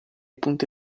punte